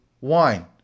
wine